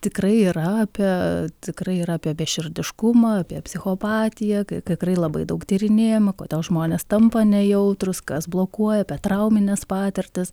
tikrai yra apie tikrai yra apie beširdiškumą apie psichopatiją tikrai labai daug tyrinėjama kodėl žmonės tampa nejautrūs kas blokuoja apie traumines patirtis